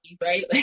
right